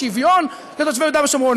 בשוויון של תושבי יהודה ושומרון,